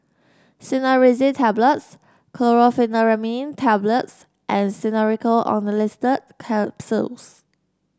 Cinnarizine Tablets Chlorpheniramine Tablets and Xenical Orlistat Capsules